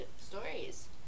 stories